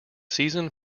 season